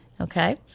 Okay